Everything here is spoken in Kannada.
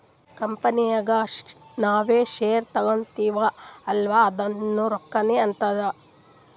ಕಂಪನಿ ನಾಗ್ ನಾವ್ ಶೇರ್ ತಗೋತಿವ್ ಅಲ್ಲಾ ಅದುನೂ ರೊಕ್ಕಾನೆ ಆತ್ತುದ್